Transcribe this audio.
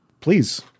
Please